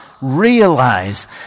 realize